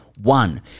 One